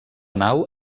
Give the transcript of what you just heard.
nau